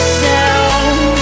sound